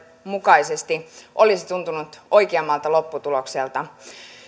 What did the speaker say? mukaisesti olisi tuntunut oikeammalta lopputulokselta